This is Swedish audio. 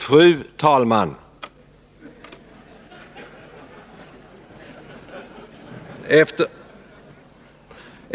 Herr talman!